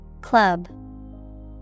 Club